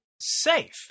safe